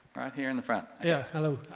here in the front. yeah, hello.